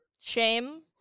shame